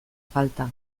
falta